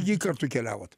jei kartu keliavot